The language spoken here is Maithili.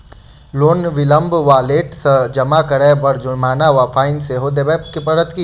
लोन विलंब वा लेट सँ जमा करै पर जुर्माना वा फाइन सेहो देबै पड़त की?